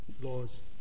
laws